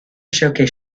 showcase